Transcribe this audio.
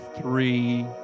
three